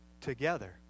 together